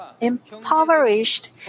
impoverished